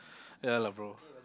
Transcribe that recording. ya lah bro